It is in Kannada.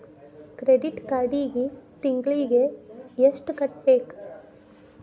ಕ್ರೆಡಿಟ್ ಕಾರ್ಡಿಗಿ ತಿಂಗಳಿಗಿ ಎಷ್ಟ ಕಟ್ಟಬೇಕ